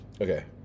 Okay